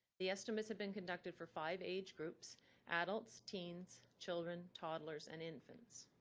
the estimates have been conducted for five age groups adults, teen, children, toddlers, and infants.